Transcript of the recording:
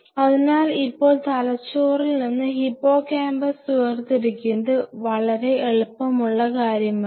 അതിനാൽ ഇപ്പോൾ തലച്ചോറിൽ നിന്ന് ഹിപ്പോകാമ്പസ് വേർതിരിക്കുന്നത് വളരെ എളുപ്പമുള്ള കാര്യമല്ല